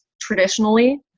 traditionally